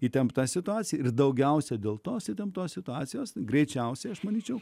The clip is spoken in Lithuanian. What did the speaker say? įtempta situacija ir daugiausiai dėl tos įtemptos situacijos greičiausiai aš manyčiau